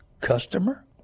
customer